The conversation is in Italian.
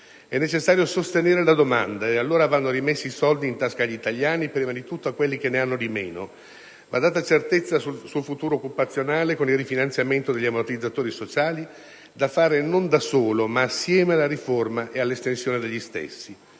È necessario sostenere la domanda, quindi vanno rimessi i soldi in tasca agli italiani e prima di tutto a quelli che ne hanno di meno. Va data certezza sul futuro occupazionale, con il rifinanziamento degli ammortizzatori sociali, da attuare non da solo, ma assieme alla riforma ed all'estensione degli stessi.